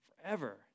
forever